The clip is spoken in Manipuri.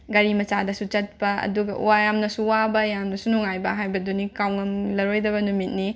ꯒꯥꯔꯤ ꯃꯆꯥꯗꯁꯨ ꯆꯠꯄ ꯑꯗꯨꯒ ꯋꯥ ꯌꯥꯝꯅꯁꯨ ꯋꯥꯕ ꯌꯥꯝꯅꯁꯨ ꯅꯨꯡꯉꯥꯏꯕ ꯍꯥꯏꯕꯗꯨꯅꯤ ꯀꯥꯎꯉꯝꯂꯔꯣꯏꯗꯕ ꯅꯨꯃꯤꯠꯅꯤ